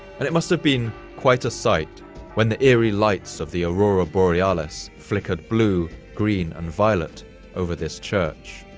and it must have been quite a sight when the eerie lights of the aurora borealis flickered blue green and violet over this church,